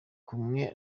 kumwe